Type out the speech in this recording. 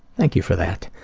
thank you for that.